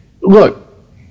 Look